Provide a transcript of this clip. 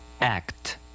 act